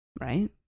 right